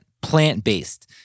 plant-based